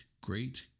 great